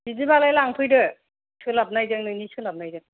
बिदिबालाय लांफैदो सोलाबनायजों नोंनि सोलाबनायजों